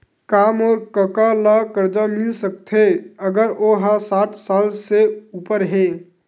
का मोर कका ला कर्जा मिल सकथे अगर ओ हा साठ साल से उपर हे?